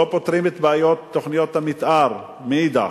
לא פותרים את בעיות תוכניות המיתאר מאידך,